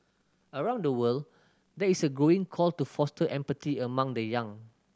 around the world there is a growing call to foster empathy among the young